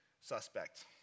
suspect